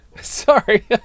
Sorry